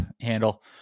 handle